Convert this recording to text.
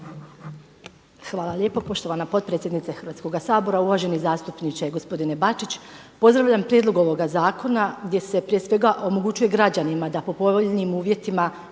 Hvala lijepo poštovana potpredsjednice Hrvatskoga sabora. Uvaženi zastupniče gospodine Bačić, pozdravljam prijedlog ovoga zakona gdje se prije svega omogućuje građanima da po povoljnim uvjetima